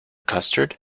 custard